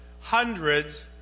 hundreds